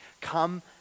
Come